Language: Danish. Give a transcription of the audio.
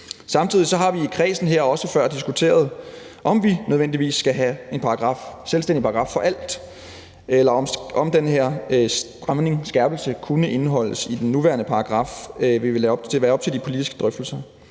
Samtidig har vi i kredsen her også før diskuteret, om vi nødvendigvis skal have en selvstændig paragraf for alt, eller om den her skærpelse kunne indeholdes i den nuværende paragraf. Det vil vi lade være op til de politiske drøftelser.